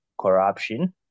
corruption